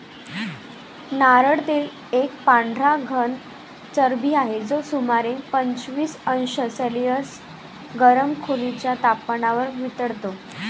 नारळ तेल एक पांढरा घन चरबी आहे, जो सुमारे पंचवीस अंश सेल्सिअस गरम खोलीच्या तपमानावर वितळतो